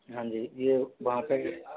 हाँ जी ये वहाँ पे